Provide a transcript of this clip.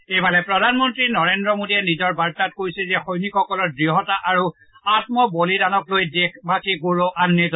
ইফালে প্ৰধানমন্ত্ৰী নৰেন্দ্ৰ মোডীয়ে নিজৰ বাৰ্তাত কয় যে সৈনিকসকলৰ দূঢ়তা আৰু আম্মবলিদানক লৈ দেশবাসী গৌৰৱাম্বিত